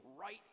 right